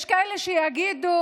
יש כאלה שיגידו: